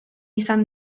izan